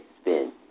spin